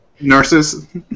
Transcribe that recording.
Nurses